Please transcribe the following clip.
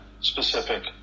specific